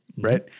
Right